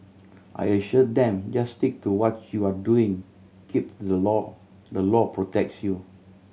I assured them just stick to what you are doing keep to the law the law protects you